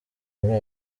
muri